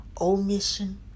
Omission